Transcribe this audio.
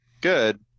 good